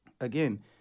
again